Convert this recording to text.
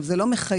זה לא מחייב.